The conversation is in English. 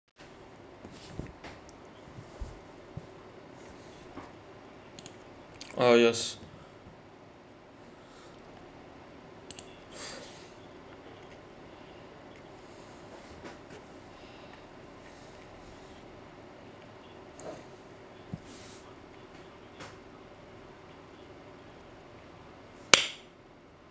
ah yes